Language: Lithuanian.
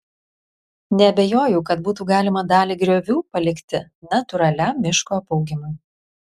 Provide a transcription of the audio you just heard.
neabejoju kad būtų galima dalį griovių palikti natūraliam miško apaugimui